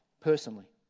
personally